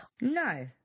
no